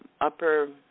upper